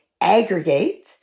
aggregate